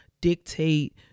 dictate